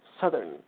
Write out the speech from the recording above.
Southern